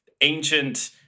ancient